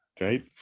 Right